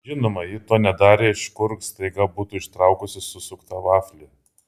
žinoma ji to nedarė iš kur staiga būtų ištraukusi susuktą vaflį